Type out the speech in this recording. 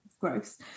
gross